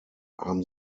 haben